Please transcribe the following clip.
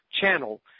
channel